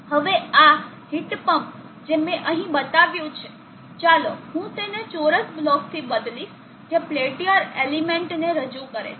હવે આ heat pump જે મેં અહીં બતાવ્યું છે ચાલો હું તેને ચોરસ બ્લોકથી બદલીશ જે પેલ્ટીઅર એલિમેન્ટ ને રજૂ કરે છે